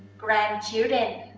grandchildren,